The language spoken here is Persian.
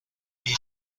این